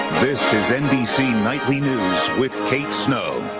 this is nbc nightly news with kate snow.